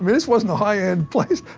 this wasn't a high end place.